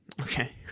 Okay